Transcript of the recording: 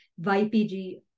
YPG